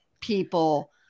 people